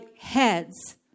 heads